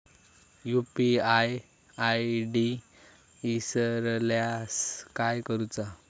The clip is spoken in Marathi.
यू.पी.आय आय.डी इसरल्यास काय करुचा?